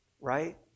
right